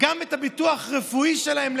לעקל גם את הביטוח הרפואי שלהם.